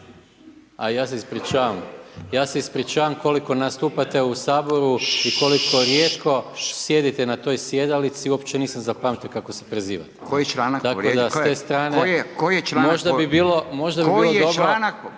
A ja se ispričavam. Ja se ispričavam, koliko nastupate u Saboru i koliko rijetko sjedite na toj sjedalici uopće nisam zapamtio kako se prezivate. **Radin, Furio